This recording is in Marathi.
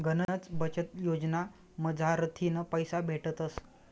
गनच बचत योजना मझारथीन पैसा भेटतस